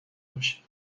باشی